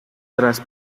tras